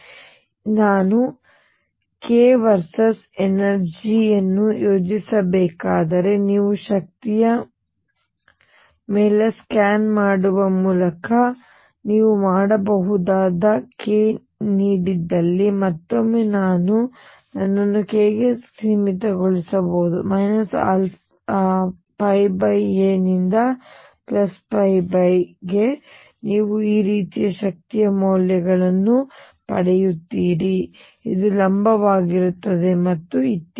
ಮತ್ತು ಈಗ ನಾನು k ವರ್ಸಸ್ ಎನರ್ಜಿಯನ್ನು ಯೋಜಿಸಬೇಕಾದರೆ ಮತ್ತು ನೀವು ಶಕ್ತಿಯ ಮೇಲೆ ಸ್ಕ್ಯಾನ್ ಮಾಡುವ ಮೂಲಕ ನೀವು ಮಾಡಬಹುದಾದ k ನೀಡಿದಲ್ಲಿ ಮತ್ತೊಮ್ಮೆ ನಾನು ನನ್ನನ್ನು k ಗೆ ಸೀಮಿತಗೊಳಿಸಬಹುದು a ನಿಂದ a ನೀವು ಈ ರೀತಿಯ ಶಕ್ತಿಯ ಮೌಲ್ಯಗಳನ್ನು ಪಡೆಯುತ್ತೀರಿ ಇದು ಲಂಬವಾಗಿರುತ್ತದೆ ಮತ್ತು ಇತ್ಯಾದಿ